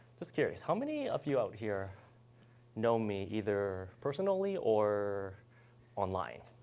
just curious how many of you out here know me either personally or online